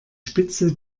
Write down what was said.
spitze